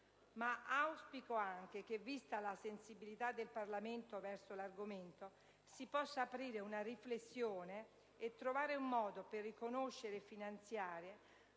Auspico anche che, vista la sensibilità del Parlamento verso l'argomento, si possa aprire una riflessione e trovare un modo per riconoscere e finanziare